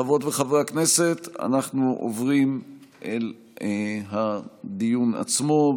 חברות וחברי הכנסת, אנחנו עוברים אל הדיון עצמו.